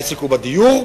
העסק הוא בדיור,